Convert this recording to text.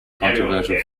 controversial